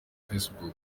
facebook